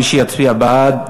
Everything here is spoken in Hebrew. מי שיצביע בעד,